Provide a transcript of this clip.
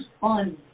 fun